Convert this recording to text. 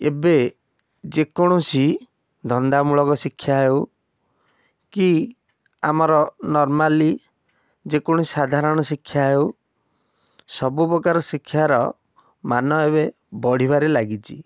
ଏବେ ଯେକୌଣସି ଧନ୍ଦାମୂଳକ ଶିକ୍ଷା ହେଉ କି ଆମର ନରମାଲି ଯେକୌଣସି ସାଧାରଣ ଶିକ୍ଷା ହେଉ ସବୁ ପ୍ରକାର ଶିକ୍ଷାର ମାନ ଏବେ ବଢ଼ିବାରେ ଲାଗିଛି